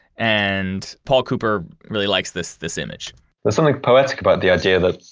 and paul cooper really likes this this image there's something poetic about the idea that